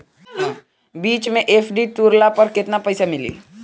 बीच मे एफ.डी तुड़ला पर केतना पईसा मिली?